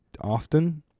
often